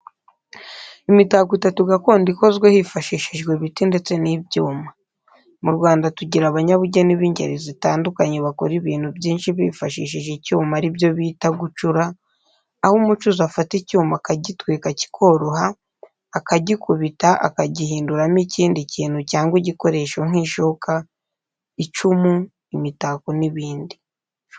Imitako itatu gakondo ikozwe hifashishijwe ibiti ndetse n'ibyuma. Mu Rwanda tugira abanyabugeni b'ingeri zitandukanye bakora ibintu byinshi bifashishije icyuma ari byo bita gucura, aho umucuzi afata icyuma akagitwika kikoroha, akagikubita akagihinduramo ikindi kintu cyangwa igikoresho nk'ishoka, icumu, imitako n'ibindi.